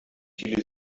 viele